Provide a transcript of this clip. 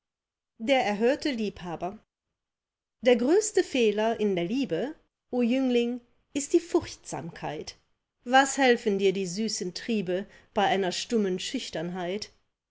der erhörte liebhaber der größte fehler in der liebe o jüngling ist die furchtsamkeit was helfen dir die süßen triebe bei einer stummen schüchternheit